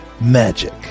Magic